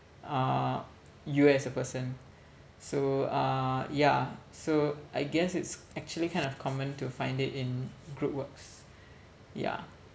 uh you as a person so uh yeah so I guess it's actually kind of common to find it in groupworks ya